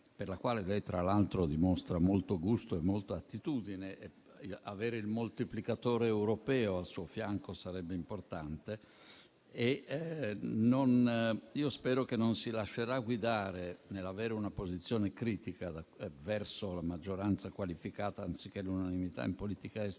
per la quale lei, tra l'altro, dimostra molto gusto e attitudine, e avere il moltiplicatore europeo al suo fianco sarebbe importante. Spero che non si lascerà guidare nell'avere una posizione critica verso la maggioranza qualificata, anziché l'unanimità in politica estera,